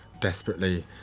desperately